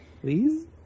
Please